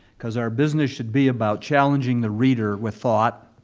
because our business should be about challenging the reader with thought.